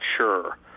sure